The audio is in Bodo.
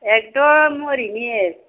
एखदम औरैनि